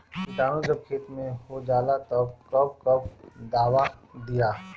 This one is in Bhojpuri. किटानु जब खेत मे होजाला तब कब कब दावा दिया?